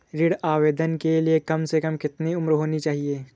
ऋण आवेदन के लिए कम से कम कितनी उम्र होनी चाहिए?